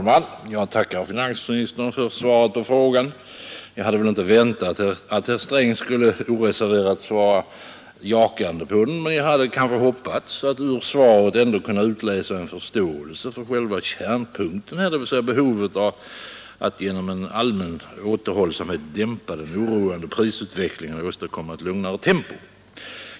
Herr talman! Jag tackar finansministern för svaret på frågan. Jag hade väl inte väntat att herr Sträng skulle oreserverat svara jakande på den, men jag hade kanske hoppats att ur svaret ändå kunna utläsa en förståelse för själva kärnpunkten, dvs. behovet av att genom en allmän återhållsamhet dämpa den oroande prisutvecklingen och åstadkomma ett lugnare tempo.